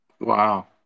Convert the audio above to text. Wow